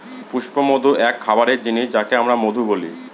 পুষ্পমধু এক খাবারের জিনিস যাকে আমরা মধু বলি